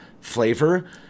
flavor